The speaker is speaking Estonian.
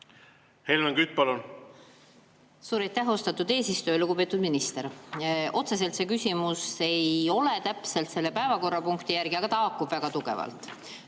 Helmen Kütt, palun! Suur aitäh, austatud eesistuja! Lugupeetud minister! Otseselt see küsimus ei ole täpselt selle päevakorrapunkti järgi, aga ta haakub väga tugevalt.